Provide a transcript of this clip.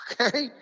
Okay